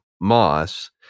moss